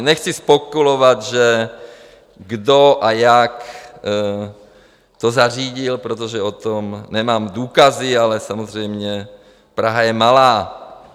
Nechci spekulovat, kdo a jak to zařídil, protože o tom nemám důkazy, ale samozřejmě, Praha je malá.